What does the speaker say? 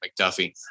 McDuffie